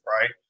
right